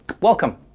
Welcome